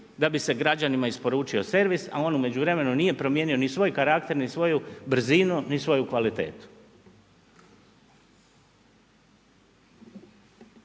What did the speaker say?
da bi se građanima isporučio servis, a on u međuvremenu nije promijenio ni svoj karakter, ni svoju brzinu, ni svoju kvalitetu.